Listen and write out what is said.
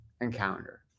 encounter